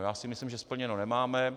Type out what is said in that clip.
Já myslím, že splněno nemáme.